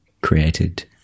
created